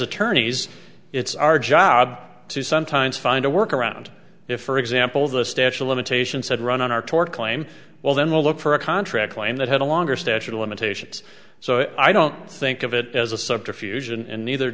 attorneys it's our job to sometimes find a work around if for example the statue of limitations had run on our tort claim well then we'll look for a contract claim that had a longer statute of limitations so i don't think of it as a subterfuge and neither